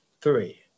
Three